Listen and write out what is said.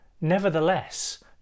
Nevertheless